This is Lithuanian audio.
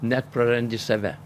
net prarandi save